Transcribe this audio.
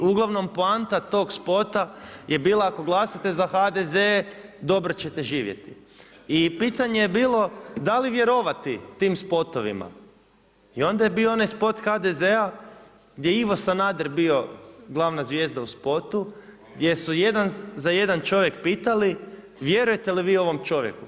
I uglavnom, poanta tog spota je bila ako glasate za HDZ dobro ćete živjeti i pitanje je bilo da li vjerovati tim spotovima, i onda je bio onaj spot HDZ-a gdje je Ivo Sanader bio glavna zvijezda u spotu, gdje su jedan za jedan čovjek pitali vjerujete li vi ovom čovjeku?